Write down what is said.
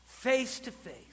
face-to-face